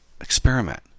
experiment